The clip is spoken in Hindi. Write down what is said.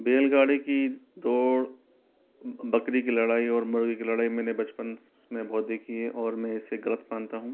बैलगाड़ी की दौड़ बकरी की लड़ाई और मुर्गी की लड़ाई मैंने बचपन में बहुत देखी है और मैं इसे गलत मानता हूँ